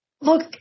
look